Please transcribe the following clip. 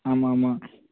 ஆமாம் ஆமாம்